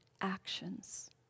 actions